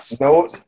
No